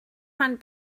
man